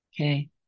Okay